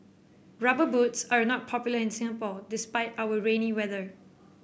rubber boots are not popular in Singapore despite our rainy weather